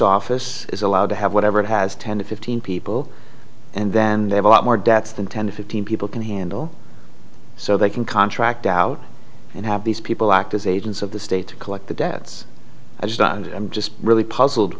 office is allowed to have whatever it has ten to fifteen people and then they have a lot more deaths than ten or fifteen people can handle so they can contract out and have these people act as agents of the state to collect the debts i was done and i'm just really puzzled